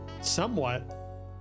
Somewhat